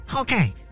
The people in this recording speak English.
Okay